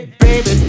baby